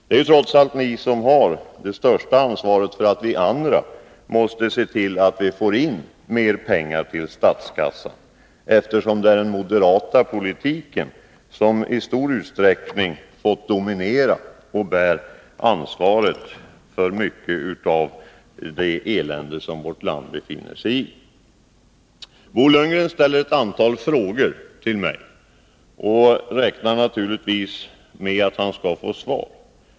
Det är trots allt ni som har det största ansvaret för att vi andra måste se till att vi får in mer pengar till statskassan, eftersom det är den moderata politiken som stor utsträckning fått dominera och bär ansvaret för mycket av det elände som vårt land befinner sig i. Bo Lundgren ställer ett antal frågor till mig och räknar naturligtvis med att få svar.